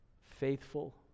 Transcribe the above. faithful